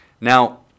Now